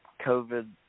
COVID